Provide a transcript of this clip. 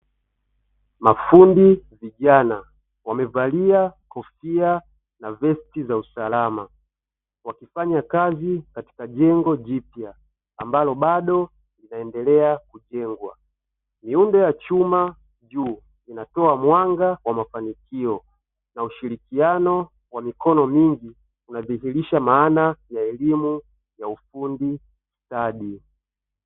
Mafundi vijana wamevalia kofia na vesti za usalama wakifanya kazi katika jengo jipya ambalo bado linaendelea kujengwa. Miundo ya chuma juu inatoa mwanga wa mafanikio na ushirikiano wa mikono mingi unadhihirisha maana ya elimu ya ufundi stadi.